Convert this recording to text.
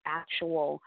actual